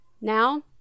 Now